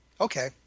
Okay